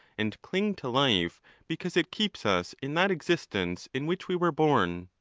and cling to life because it keeps us in that existence in which we were born.